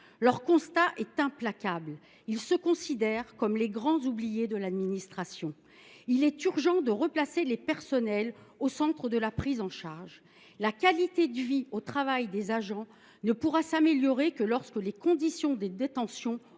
Leur constat est implacable : ils se considèrent comme les grands oubliés de l’administration. Il est urgent de replacer les personnels au centre de la prise en charge. La qualité de vie au travail des agents ne pourra s’améliorer que lorsque les conditions de détention